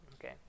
Okay